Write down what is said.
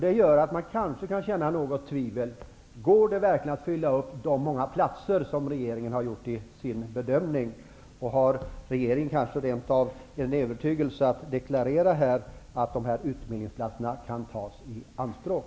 Det gör att man kan känna ett visst tvivel: Går det verkligen att fylla de många platser som regeringen har föreslagit? Kan regeringen rent av deklarera en övertygelse om att de här utbildningsplatserna kommer att tas i anspråk?